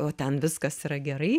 o ten viskas yra gerai